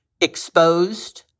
exposed